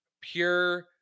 pure